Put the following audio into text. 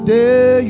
day